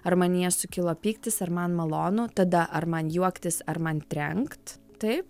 ar manyje sukilo pyktis ar man malonu tada ar man juoktis ar man trenkt taip